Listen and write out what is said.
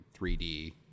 3D